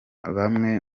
bamwe